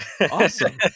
awesome